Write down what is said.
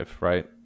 right